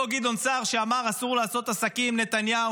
אותו גדעון סער שאמר: אסור לעשות עסקים עם נתניהו,